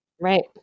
right